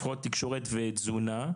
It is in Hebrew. הפרעות תקשורת ותזונה.